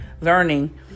learning